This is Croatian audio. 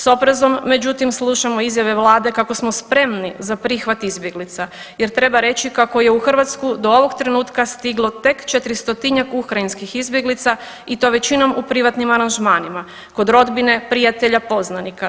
S oprezom, međutim, slušamo izjave Vlade kako smo spremni za prihvat izbjeglica jer treba reći kako je u Hrvatsku, do ovog trenutka stiglo tek 400-tinjak ukrajinskih izbjeglica i to većinom u privatnim aranžmanima, kod rodbine, prijatelja, poznanika.